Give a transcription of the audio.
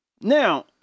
Now